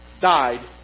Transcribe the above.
died